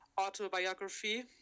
autobiography